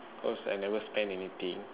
cause I never spend anything